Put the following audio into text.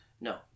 No